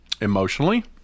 emotionally